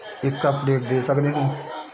ਇੱਕ ਅਪਡੇਟ ਦੇ ਸਕਦੇ ਹੋ